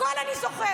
הכול אני זוכרת.